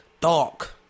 dark